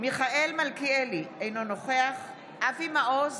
מיכאל מלכיאלי, אינו נוכח אבי מעוז,